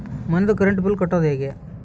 ಮನಿದು current bill ಕಟ್ಟೊದು ಹೇಗೆ?